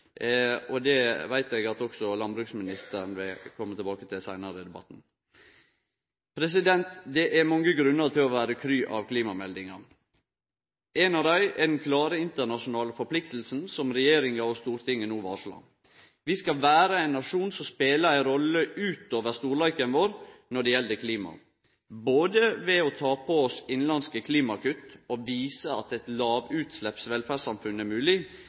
og det veit eg at også landbruksministeren vil kome attende til seinare i debatten. Det er mange grunnar til å vere kry av klimameldinga. Ein av dei er den klare internasjonale forpliktinga som regjeringa og Stortinget no varslar. Vi skal vere ein nasjon som spelar ei rolle utover storleiken vår når det gjeld klima, både ved å ta på oss innanlandske klimakutt og vise at eit velferdssamfunn med eit lågutslepp er